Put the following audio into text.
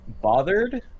bothered